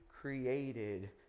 Created